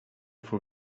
for